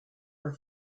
for